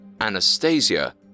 Anastasia